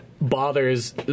Bothers